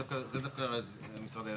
לא, זה דווקא משרד האנרגיה.